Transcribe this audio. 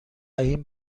این